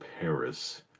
Paris